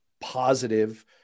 positive